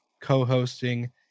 co-hosting